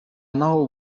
naho